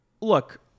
Look